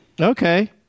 Okay